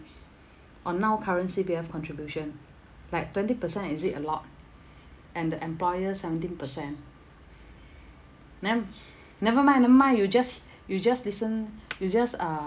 on now current C_P_F contribution like twenty percent is it a lot and the employer seventeen percent then never mind never mind you just you just listen you just uh